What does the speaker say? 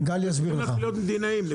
ולהתחיל להיות מדינאים.